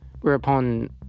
Whereupon